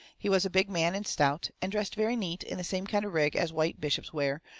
he was a big man, and stout, and dressed very neat in the same kind of rig as white bishops wear,